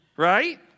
Right